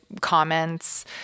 comments